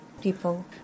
People